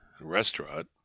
restaurant